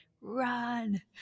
Run